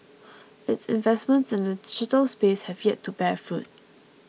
its investments in the digital space have yet to bear fruit